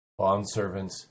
Bondservants